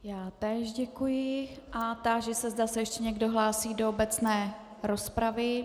Já též děkuji a táži se, zda se ještě někdo hlásí do obecné rozpravy.